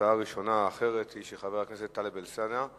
הצעה ראשונה אחרת היא של חבר הכנסת טלב אלסאנע.